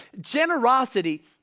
generosity